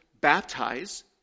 baptize